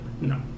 no